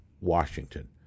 Washington